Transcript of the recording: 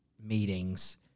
meetings